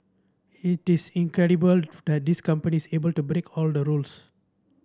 it is incredible of that this company is able to break all the rules